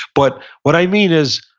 but what i mean is,